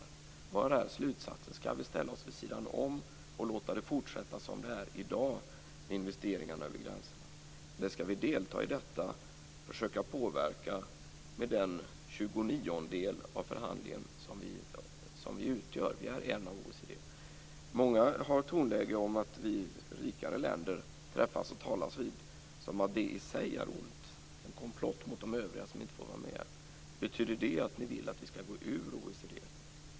Vad är slutsatsen? Skall vi ställa oss vid sidan om och låta det fortsätta som det är i dag när det gäller investeringarna över gränserna? Eller skall vi delta i detta och försöka påverka med den tjugoniondel av förhandlingen som vi utgör - vi är ju en del av OECD? Mångas tonläge antyder att detta att vi rikare länder träffas och talas vid i sig är ont, en komplott mot de övriga som inte får vara med. Betyder det att ni vill att vi skall gå ur OECD?